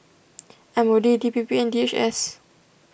M O D D P P and D H S